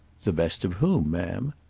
the best of whom, ma'am?